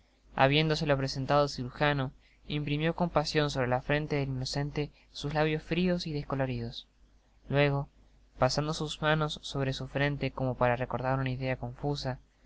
habiéndoselo presentado el cirujano imprimió con pasion sobre la frente del inocente sus labios frios y descoloridos luego content from google book search generated at pasando sus manos sobro su frente como para recordar una idea confusa